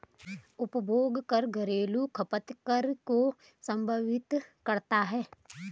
उपभोग कर घरेलू खपत कर को संदर्भित करता है